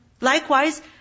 Likewise